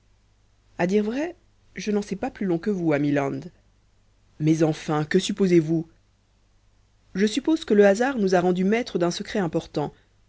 a dire vrai je n'en sais pas plus long que vous ami land mais enfin que supposez-vous je suppose que le hasard nous a rendus maîtres d'un secret important